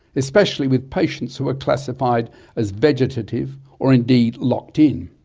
especially with patients who were classified as vegetative or indeed locked in.